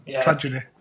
Tragedy